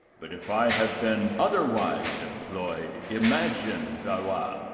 but if i have been other wise employed, imagine, valois,